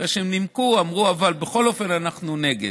אחרי שהם נימקו, אמרו: אבל, בכל אופן, אנחנו נגד.